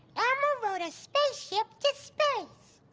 elmo rode a spaceship to space.